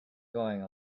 going